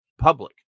public